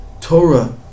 Torah